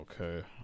okay